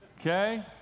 Okay